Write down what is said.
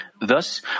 Thus